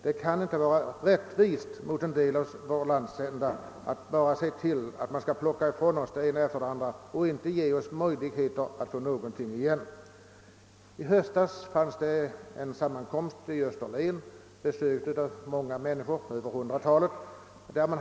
Det är inte rättvist att plocka ifrån oss i vår landsända det ena efter det andra och inte ge oss möjligheter att få någonting igen. I höstas anordnades en sammankomst i Österlen som besöktes av mer än hundra människor.